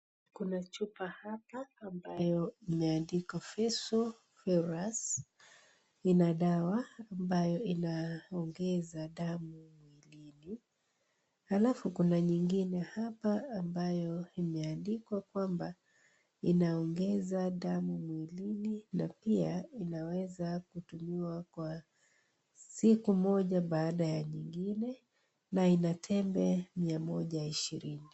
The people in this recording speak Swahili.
Kuna chupa hapa ambayo imeandikwa" Fesso Ferrous" ,ina dawa ambayo inaongeza damu mwilini. Halafu kuna nyingine hapa ambayo imeandikwa kwamba inaongeza damu mwilini na pia inaweza kutumiwa kwa siku moja baada ya nyingine na ina tembe mia moja ishirini.